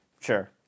Sure